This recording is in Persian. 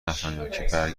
نفهمیدم